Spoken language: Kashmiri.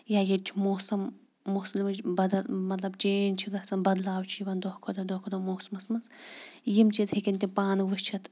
یا ییٚتہِ چھُ موسم موسمٕچ بدل مطلب چینٛج چھِ گژھان بدلاو چھِ یِوان دۄہ کھۄتہٕ دۄہ موسمَس منٛز یِم چیٖز ہیٚکَن تِم پانہٕ وٕچھِتھ